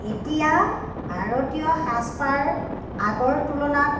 এতিয়া ভাৰতীয় সাজপাৰ আগৰ তুলনাত